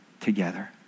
together